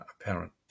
apparent